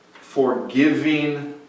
forgiving